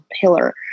pillar